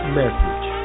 message